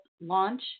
launch